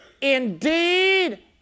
indeed